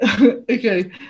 Okay